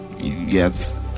yes